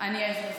אני אהיה זריזה.